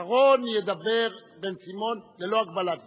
ואחרון ידבר בן-סימון ללא הגבלת זמן.